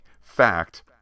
Fact